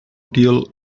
deal